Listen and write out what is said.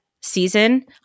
season